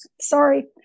sorry